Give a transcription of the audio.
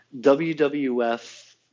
wwf